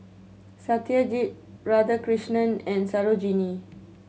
Satyajit Radhakrishnan and Sarojini